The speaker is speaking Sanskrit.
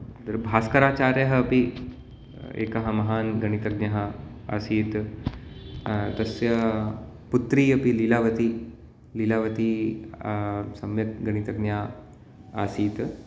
अत्र भास्कराचार्यः अपि एकः महान् गणितज्ञः आसीत् तस्य पुत्री अपि लिलावती लिलावती सम्यक् गणितज्ञा आसीत्